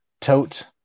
tote